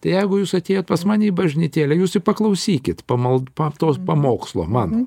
tai jeigu jūs atėjot pas mane į bažnytėlę jūs paklausykit pamal pa tos pamokslo mano